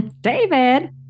David